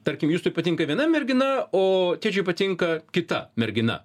tarkim justui patinka viena mergina o tėčiui patinka kita mergina